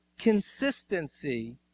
consistency